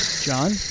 John